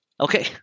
Okay